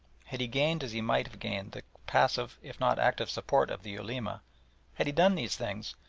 had he gained as he might have gained the passive if not active support of the ulema had he done these things,